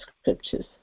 scriptures